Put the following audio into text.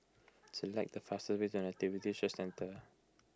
select the fastest way the Nativity Church Centre